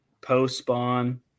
post-spawn